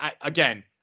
again